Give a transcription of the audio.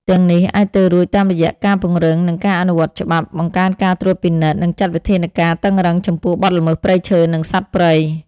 ទាំងនេះអាចទៅរួច តាមរយៈការពង្រឹងនៅការអនុវត្តច្បាប់ បង្កើនការត្រួតពិនិត្យ និងចាត់វិធានការតឹងរ៉ឹងចំពោះបទល្មើសព្រៃឈើ និងសត្វព្រៃ។